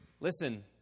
Listen